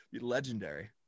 legendary